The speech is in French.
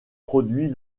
produit